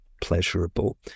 pleasurable